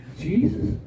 Jesus